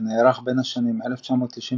שנערך בין השנים 1999–2005,